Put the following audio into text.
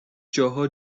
جاها